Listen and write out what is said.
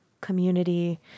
community